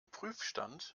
prüfstand